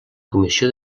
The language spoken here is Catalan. comissió